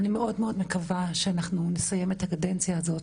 אני מאוד מאוד מקווה שאנחנו נסיים את הקדנציה הזאת,